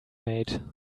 made